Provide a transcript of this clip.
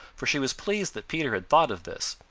for she was pleased that peter had thought of this.